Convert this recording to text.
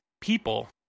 people